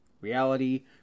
reality